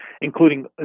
including